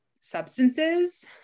substances